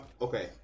okay